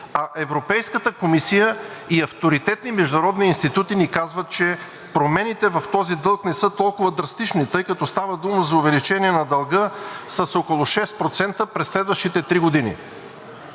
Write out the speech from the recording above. а Европейската комисия и авторитетни международни институти ни казват, че промените в този дълг не са толкова драстични, тъй като става дума за увеличение на дълга с около 6% през следващите три години.